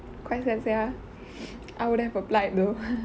quite sad sia I would have applied though